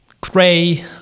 gray